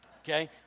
okay